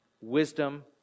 wisdom